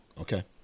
okay